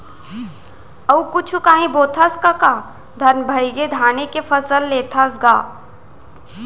अउ कुछु कांही बोथस कका धन भइगे धाने के फसल लेथस गा?